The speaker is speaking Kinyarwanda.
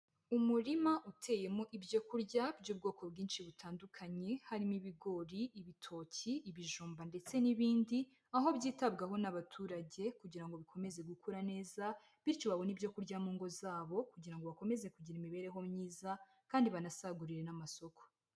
Umurima uteyemo ibyo kurya by'ubwoko bwinshi butandukanye, harimo ibigori, ibitoki, ibijumba ndetse n'ibindi, aho byitabwaho n'abaturage kugira ngo bikomeze gukura neza, bityo babone ibyo kurya mu ngo zabo kugira ngo bakomeze kugira imibereho myiza kandi banasagurire n'amasoko.